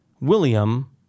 William